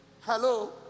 Hello